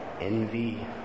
envy